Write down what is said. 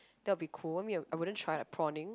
that will be cool I mean I wouldn't try like prawning